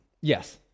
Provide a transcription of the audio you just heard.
Yes